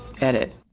edit